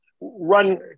run